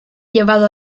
llevado